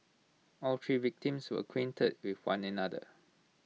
all three victims were acquainted with one another